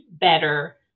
better